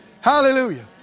Hallelujah